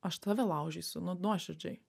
aš tave laužysiu nu nuoširdžiai